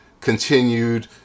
continued